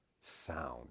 sound